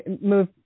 move